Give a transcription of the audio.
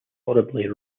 horribly